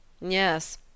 Yes